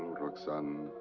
roxane,